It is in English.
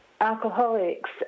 alcoholics